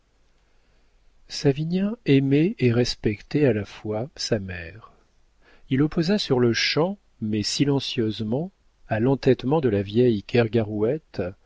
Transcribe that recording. savinien aimait et respectait à la fois sa mère il opposa sur-le-champ mais silencieusement à l'entêtement de la vieille